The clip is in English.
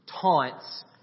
taunts